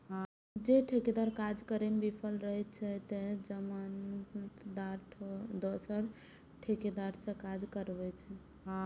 जौं ठेकेदार काज पूरा करै मे विफल रहै छै, ते जमानतदार दोसर ठेकेदार सं काज कराबै छै